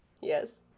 Yes